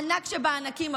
הענק שבענקים,